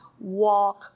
walk